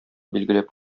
билгеләп